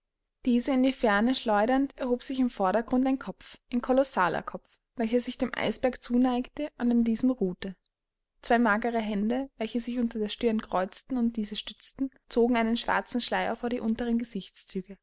diese in die ferne schleudernd erhob sich im vordergrund ein kopf ein kolossaler kopf welcher sich dem eisberg zuneigte und an diesem ruhte zwei magere hände welche sich unter der stirn kreuzten und diese stützten zogen einen schwarzen schleier vor die unteren gesichtszüge